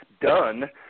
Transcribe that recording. done